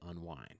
unwind